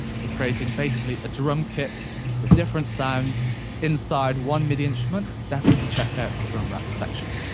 so creating basically a drum kit of different sounds inside one midi instrument, definitely check out the drum rack section.